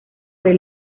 del